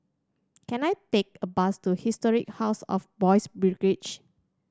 can I take a bus to Historic House of Boys' Brigade